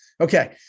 Okay